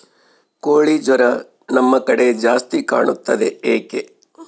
ಕೋಳಿ ಜ್ವರ ನಮ್ಮ ಕಡೆ ಜಾಸ್ತಿ ಕಾಣುತ್ತದೆ ಏಕೆ?